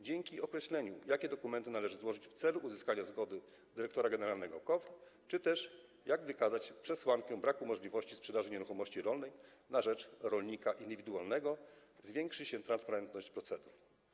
Dzięki określeniu, jakie dokumenty należy złożyć w celu uzyskania zgody dyrektora generalnego KOWR czy też jak wykazać przesłankę braku możliwości sprzedaży nieruchomości rolnej na rzecz rolnika indywidualnego, zwiększy się transparentność procedur.